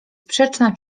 sprzeczna